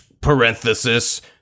parenthesis